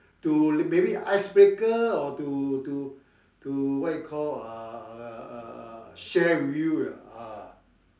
to maybe icebreaker or to to to what you call uh share with you ah